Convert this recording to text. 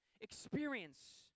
experience